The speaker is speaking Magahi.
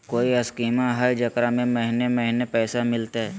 कोइ स्कीमा हय, जेकरा में महीने महीने पैसा मिलते?